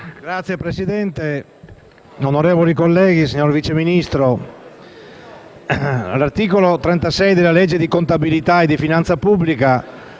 Signor Presidente, onorevoli colleghi, signor Vice Ministro, l'articolo 36 della legge di contabilità e di finanza pubblica